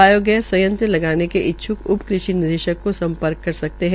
biogas संयंत्र लगाने के इच्छ्क उप कृषि निदेशक को सम्पर्क कर सकते है